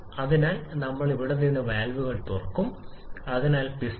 അതിനാൽ നിങ്ങൾ 1 മോളിലെ ഏതെങ്കിലും വിതരണം ചെയ്യുമ്പോൾ ഓക്സിജൻ 3